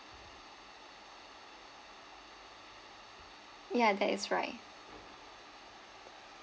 ya that's right